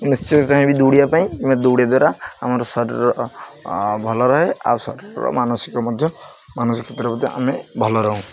ନିଶ୍ଚିତ ଚାହିଁବି ଦୌଡ଼ିବା ପାଇଁ କିମ୍ବା ଦୌଡ଼ିବା ଦ୍ୱାରା ଆମର ଶରୀରର ଭଲ ରହେ ଆଉ ଶରୀରର ମାନସିକ ମଧ୍ୟ ମାନସିକ କ୍ଷେତ୍ର ମଧ୍ୟ ଆମେ ଭଲ ରହୁ